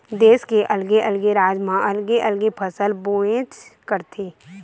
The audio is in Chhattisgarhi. देस के अलगे अलगे राज म अलगे अलगे फसल होबेच करथे